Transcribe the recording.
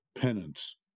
Penance